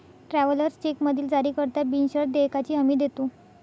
travellers चेकमधील जारीकर्ता बिनशर्त देयकाची हमी देतो